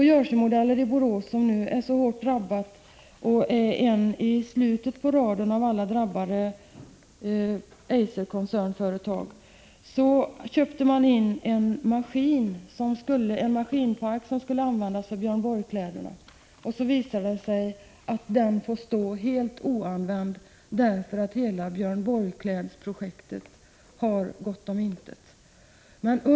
Jersey-Modeller i Borås, som är hårt drabbat, är bara ett i raden av alla drabbade Eiserföretag. Jersey-Modeller har köpt in en maskinpark som skulle användas vid tillverkningen av Björn Borg-kläderna, men det visar sig att den får stå helt oanvänd, därför att hela Björn Borg-projektet har gått om intet.